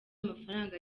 amafaranga